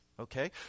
Okay